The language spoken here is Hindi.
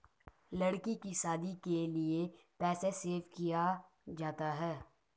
लड़की की शादी के लिए पैसे सेव किया जाता है